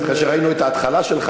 אחרי שראינו את ההתחלה שלך,